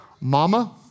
Mama